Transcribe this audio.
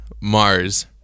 Mars